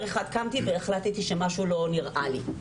אחד קמתי והחלטתי שמשהו לא נראה לי.